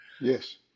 Yes